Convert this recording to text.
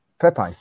Pepe